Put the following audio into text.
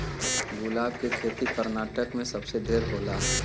गुलाब के खेती कर्नाटक में सबसे ढेर होला